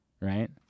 right